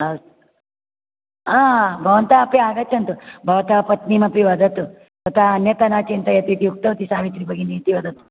अस्तु भवन्तः अपि आगच्छन्तु भवतः पत्नीमपि वदतु यतः अन्यथा न चिन्तयति इति उक्तवती सावित्री भगिनी इति वदतु